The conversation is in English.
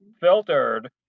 filtered